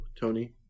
Tony